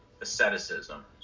asceticism